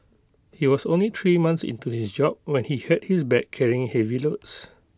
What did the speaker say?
he was only three months into his job when he hurt his back carrying heavy loads